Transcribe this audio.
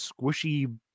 squishy